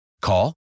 Call